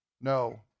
No